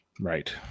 Right